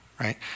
right